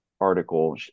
article